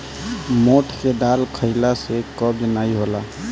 मोठ के दाल खईला से कब्ज नाइ होला